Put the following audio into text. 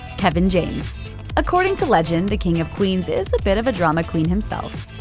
kevin james according to legend, the king of queens is a bit of a drama queen himself.